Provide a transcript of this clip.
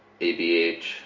ABH